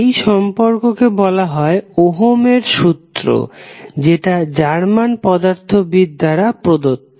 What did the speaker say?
এই সম্পর্কে বলা হয় ওহমের সূত্র যেটা জার্মান পদার্থবিদ দ্বারা প্রদত্ত